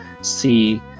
see